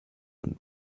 und